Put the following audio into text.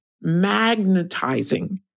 magnetizing